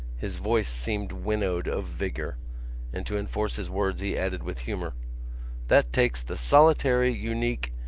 his voice seemed winnowed of vigour and to enforce his words he added with humour that takes the solitary, unique,